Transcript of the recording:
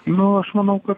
nu aš manau kad